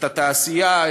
את התעשייה,